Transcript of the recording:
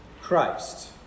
Christ